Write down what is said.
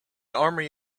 army